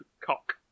Cock